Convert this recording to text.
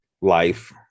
life